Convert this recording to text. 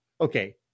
okay